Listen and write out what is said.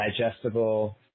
digestible